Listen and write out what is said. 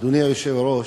אדוני היושב-ראש,